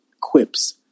quips